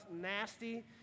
nasty